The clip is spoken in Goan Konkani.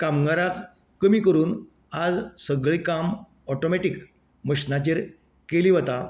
कामगाराक कमी करून आज सगळे काम ऑटोमॅटीक मशिनाचेर केली वता